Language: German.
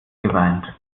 geweint